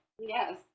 Yes